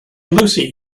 lucy